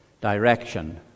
direction